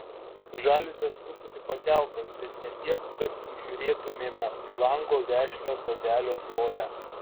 žaliuzės truputį pakeltos bet ne tiek kad įžiūrėtumėme už lango vešlią sodelio žolę